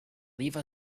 leave